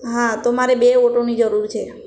હા તો મારે બે ઓટોની જરૂર છે